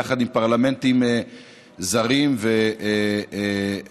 יחד עם פרלמנטים זרים וחופפים,